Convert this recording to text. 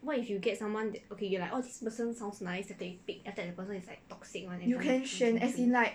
you can 选 as in like